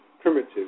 primitive